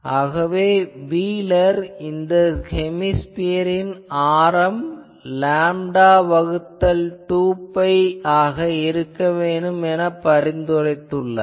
ஆகவே வீலர் இந்த ஹெமிஸ்பியரின் ஆரம் லேம்டா வகுத்தல் 2 பை இருக்க வேண்டுமென பரிந்துரைத்துள்ளார்